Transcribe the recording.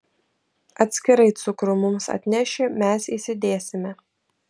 atskirai cukrų mums atneši mes įsidėsime